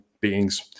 beings